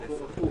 שלום.